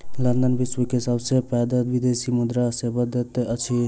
London विश्व के सबसे पैघ विदेशी मुद्रा सेवा दैत अछि